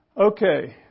Okay